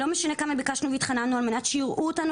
לא משנה כמה ביקשנו והתחננו על מנת שיראו אותנו